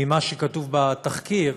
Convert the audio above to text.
ממה שכתוב בתחקיר,